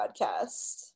podcast